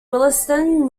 willesden